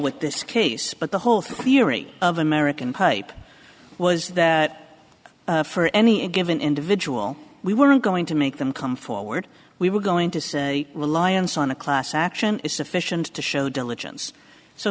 with this case but the whole theory of american pipe was that for any given individual we were going to make them come forward we were going to say reliance on a class action is sufficient to show diligence so